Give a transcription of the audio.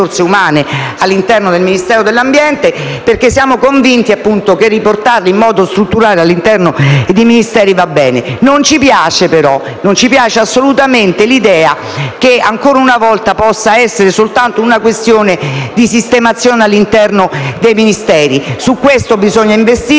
all'interno del Ministero dell'ambiente, perché siamo convinti che riportarli in modo strutturale all'interno di Ministeri va bene. Non ci piace però, assolutamente, l'idea che, ancora una volta, possa essere soltanto una questione di sistemazione all'interno dei Ministeri. Su questo bisogna investire,